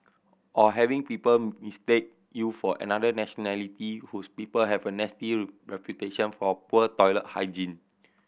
or having people mistake you for another nationality whose people have a nasty reputation for poor toilet hygiene